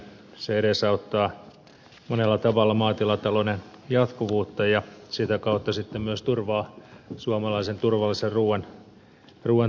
se edesauttaa monella tavalla maatilatalouden jatkuvuutta ja sitä kautta sitten myös turvaa suomalaisen turvallisen ruuan tuottamista